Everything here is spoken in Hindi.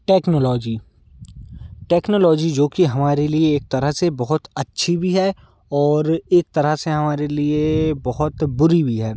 टेक्नोलॉजी टेक्नोलॉजी जो कि हमारे लिए एक तरह से बहुत अच्छी भी है और एक तरह से हमारे लिए बहुत बुरी भी है